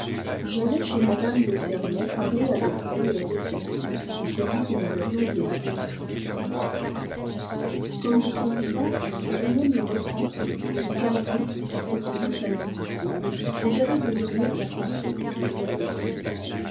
j'allais chez mme de fermont parler avec elle et avec sa fille de celui que nous avions perdu comme de son vivant je venais me retremper me calmer dans cette douce intimité où j'avais désormais concentré toutes mes affections